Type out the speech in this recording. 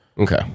Okay